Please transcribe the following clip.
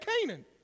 Canaan